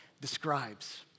describes